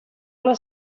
una